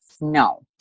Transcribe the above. No